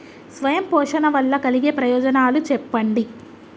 స్వయం పోషణ వల్ల కలిగే ప్రయోజనాలు చెప్పండి?